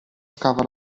scava